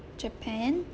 japan